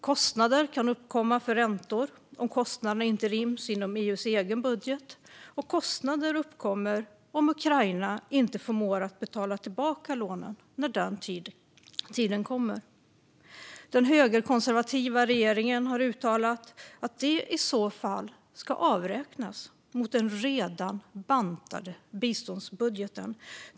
Kostnader kan uppkomma för räntor om kostnaderna inte ryms inom EU:s egen budget, och kostnader uppkommer om Ukraina inte förmår betala tillbaka lånet när den tiden kommer. Den högerkonservativa regeringen har uttalat att det i så fall ska avräknas mot den redan bantade biståndsbudgeten.